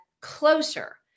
closer